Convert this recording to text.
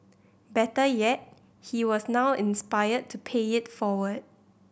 better yet he was now inspired to pay it forward